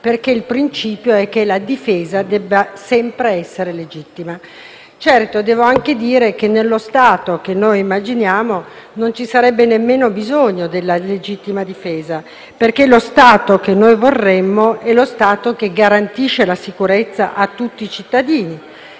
perché il principio è che la difesa debba sempre essere considerata legittima. Devo anche dire che nello Stato che immaginiamo non ci sarebbe nemmeno bisogno della legittima difesa, perché lo Stato che vorremmo è quello che garantisce la sicurezza a tutti i cittadini,